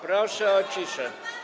Proszę o ciszę.